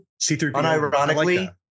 unironically